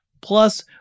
Plus